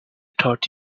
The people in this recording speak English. taught